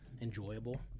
enjoyable